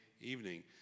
evening